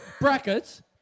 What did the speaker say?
Brackets